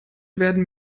werden